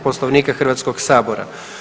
Poslovnika Hrvatskog sabora.